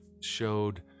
showed